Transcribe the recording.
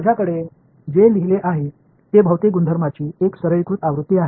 माझ्याकडे जे लिहिले आहे ते भौतिक गुणधर्मांची एक सरलीकृत आवृत्ती आहे